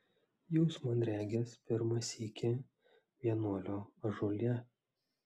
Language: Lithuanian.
jūs man regis pirmą sykį vienuolio ąžuole